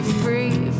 free